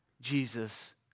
Jesus